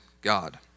God